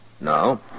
No